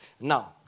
Now